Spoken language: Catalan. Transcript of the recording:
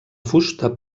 fusta